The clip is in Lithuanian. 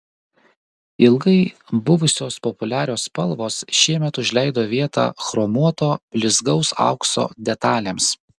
ilgai buvusios populiarios spalvos šiemet užleido vietą chromuoto blizgaus aukso detalėms